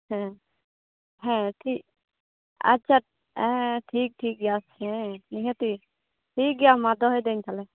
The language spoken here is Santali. ᱦᱮᱸ ᱦᱮᱸ ᱴᱷᱤᱠ ᱟᱪᱪᱷᱟ ᱴᱷᱤᱠ ᱴᱷᱤᱠ ᱜᱮᱭᱟ ᱦᱮᱸ ᱱᱤᱦᱟᱹᱛᱜᱮ ᱴᱷᱤᱠ ᱜᱮᱭᱟ ᱢᱟ ᱫᱚᱦᱚᱭᱮᱫᱟᱹᱧ ᱛᱟᱞᱚᱦᱮ